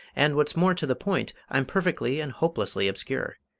and, what's more to the point, i'm perfectly and hopelessly obscure.